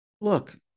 look